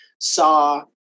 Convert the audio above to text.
saw